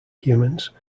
humans